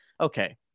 okay